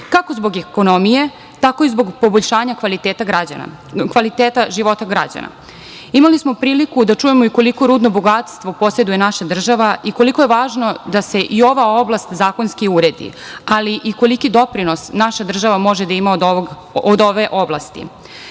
kako zbog ekonomije, tako i zbog poboljšanja kvaliteta života građana. Imali smo priliku da čujemo i koliko rudno bogatstvo poseduje naša država i koliko je važno da se i ova oblast zakonski uredi, ali i koliki doprinos naša država može da ima od ove oblasti. Samo